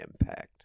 impact